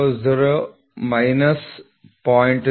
000 minus 0